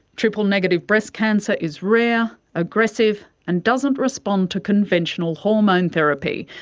triple negative breast cancer is rare, aggressive and doesn't respond to conventional hormone therapy.